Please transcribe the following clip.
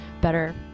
better